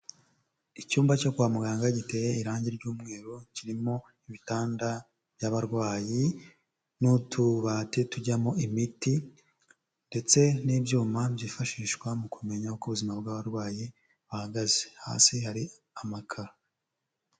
Icyumba cyo kwa muganga giteye irangi ry'umweru, kirimo ibitanda by'abarwayi n'utubati tujyamo imiti, ndetse n'ibyuma byifashishwa mu kumenya uko ubuzima bw'abarwayi bahagaze, hasi hari amakaro.